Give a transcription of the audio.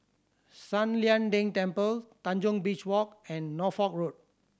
San Lian Deng Temple Tanjong Beach Walk and Norfolk Road